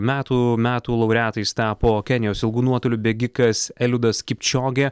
metų metų laureatais tapo kenijos ilgų nuotolių bėgikas eliudas kipčiogė